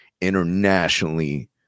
internationally